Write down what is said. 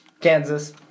Kansas